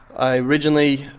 i originally,